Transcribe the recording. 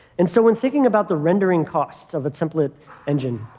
and so when thinking about the rendering costs of a template engine,